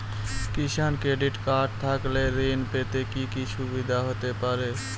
কিষান credit card থাকলে ঋণ পেতে কি কি সুবিধা হতে পারে?